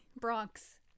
Bronx